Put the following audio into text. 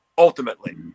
Ultimately